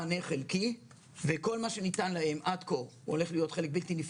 באופן מלא אלא יוצרת קצבה אחת של 5,641 והשנייה של